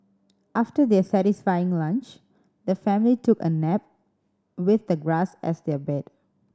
after their satisfying lunch the family took a nap with the grass as their bed